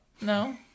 No